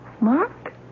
Mark